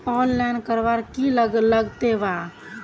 Online करवार की लगते वा?